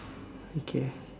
okay